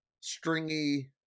stringy